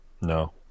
no